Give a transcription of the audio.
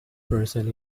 person